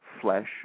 flesh